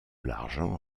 l’argent